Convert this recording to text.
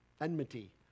Enmity